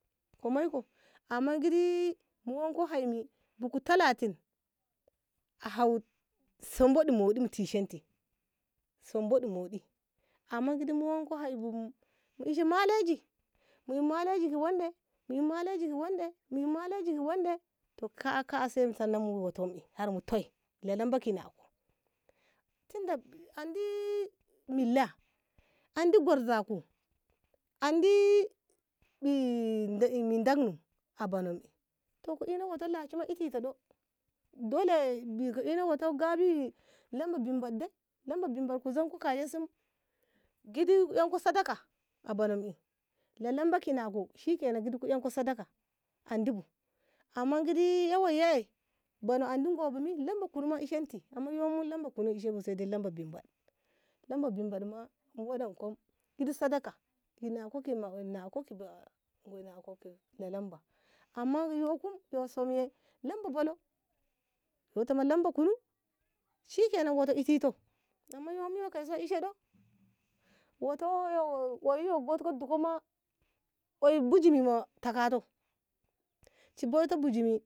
ko meiko amman gidi mu wanko haimi buhu talatin a hau samboɗi waɗi mu tishenti samboɗi wuɗi amman mu wanko haibu mu ishi maleji mu ishi maleji wanɗe mu ey maleji ka wanɗe to ka ka aseti ma sallama ma tum eh lelamba kinako tinda andi milla andi gwarzaku andi na en na dakno a bano to ku ina wato lashim a meneto ɗo baɗi de lamba bimbad de lamba bimbaɗ ko zanko kai esi gidi anko sadaka banom ey lalambo kinam ko shikenan mana ku anko ziyara andibo amman gidi yawaibai buno andi gebu bi namba ballau ma meneti amman yumu lamba kunum ishebu saiko tamba bimbad lamba bimbad ma waɗanko gigi sadaka kinako kila gidi lalamba amman yukum yu somiye lamba ballaw yutama lamba kunum shikenan wato iteto amman yumu yo kaise ishe ɗo wuto yo oyum gudko dishema oyun biji ma takato shi boiti bijimi